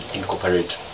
incorporate